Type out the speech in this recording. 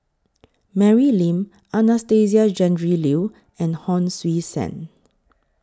Mary Lim Anastasia Tjendri Liew and Hon Sui Sen